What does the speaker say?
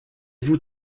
vous